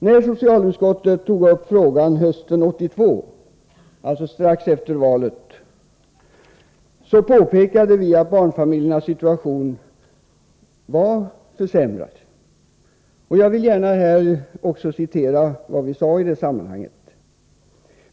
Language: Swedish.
När socialutskottet tog upp frågan hösten 1982, alltså strax efter valet, så påpekade vi att barnfamiljernas situation har försämrats. Jag vill här gärna också återge vad vi sade i sammanhanget.